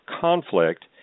conflict